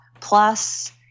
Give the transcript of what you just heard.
plus